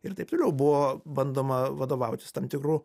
ir taip toliau buvo bandoma vadovautis tam tikru